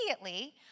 immediately